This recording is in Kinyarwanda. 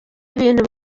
ibintu